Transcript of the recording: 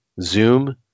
zoom